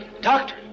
Doctor